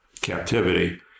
captivity